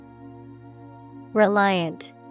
Reliant